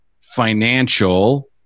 financial